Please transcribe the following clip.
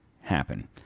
happen